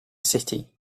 city